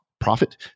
Profit